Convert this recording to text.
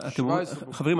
חברים,